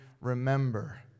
remember